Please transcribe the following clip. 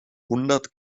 hundert